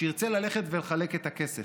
כשירצה ללכת ולחלק את הכסף,